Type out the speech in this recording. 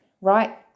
Right